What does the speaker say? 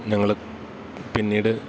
ഞങ്ങള് പിന്നീട്